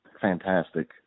Fantastic